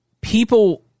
people